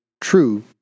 true